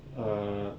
err